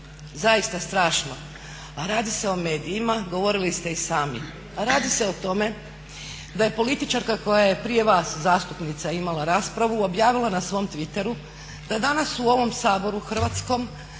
zaista strašno, a radi se o medijima. Govorili ste i sami. Radi se o tome da je političarka koja je prije vas, zastupnica imala raspravu objavila na svom Twitteru da danas u ovom Saboru hrvatskom